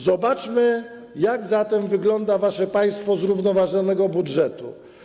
Zobaczmy zatem, jak wygląda wasze państwo zrównoważonego budżetu.